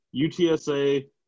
UTSA